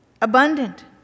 abundant